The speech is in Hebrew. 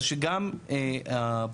אז שגם הברוקרים,